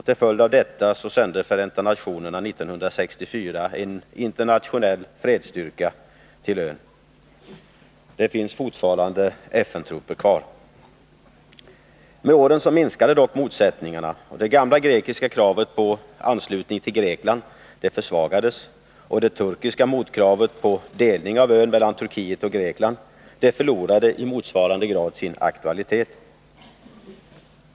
Till följd av detta sände Förenta nationerna 1964 en internationell fredsstyrka till ön. Det finns fortfarande FN-trupper kvar. Med åren minskade dock motsättningarna. Det gamla grekiska kravet på anslutning till Grekland försvagades. Det turkiska motkravet på delning av ön mellan Turkiet och Grekland förlorade i motsvarande grad sin aktualitet.